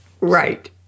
Right